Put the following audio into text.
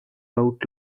out